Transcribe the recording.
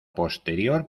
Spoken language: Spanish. posterior